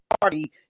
party